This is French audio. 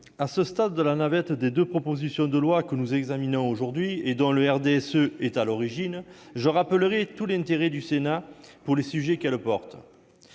à ce stade de la navette des deux propositions de loi que nous examinons aujourd'hui, dont le RDSE est à l'origine, je rappellerai tout l'intérêt du Sénat pour les sujets qui les